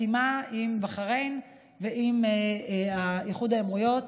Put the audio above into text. חתימה עם בחריין ועם איחוד האמירויות.